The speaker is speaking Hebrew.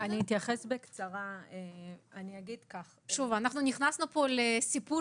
נכנסנו פה לסיפור